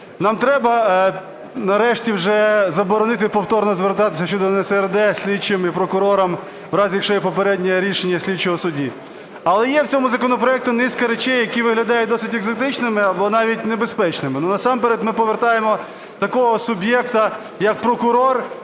Нам треба нарешті вже заборонити повторно звертатися щодо НСРД слідчим і прокурорам в разі, якщо є попереднє рішення слідчого суді. Але є в цьому законопроекті низка речей, які виглядають досить екзотичними або навіть небезпечними. Насамперед ми повертаємо такого суб'єкта як прокурор,